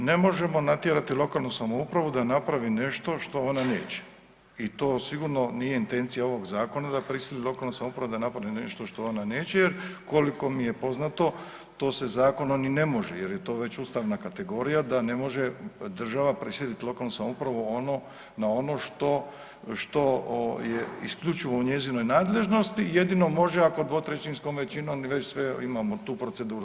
Mi ne možemo natjerati lokalnu samoupravu da napravi nešto što ona neće i to sigurno nije intencija ovog zakona da prisili lokalnu samoupravu da napravi nešto što ona neće jer koliko mi je poznato to se zakonom ni ne može jer je to već ustavna kategorija da ne može država prisilit lokalnu samoupravu ono, na ono što, što je isključivo u njezinoj nadležnosti, jedino može ako dvotrećinskom većinom već sve imamo tu proceduru.